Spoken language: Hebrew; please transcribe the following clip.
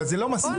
אבל זה לא מספיק.